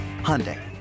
Hyundai